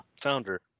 founder